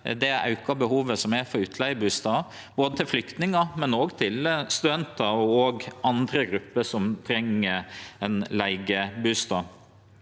det auka behovet for utleigebustader til flyktningar, men òg til studentar og andre grupper som treng ein leigebustad.